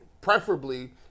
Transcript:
preferably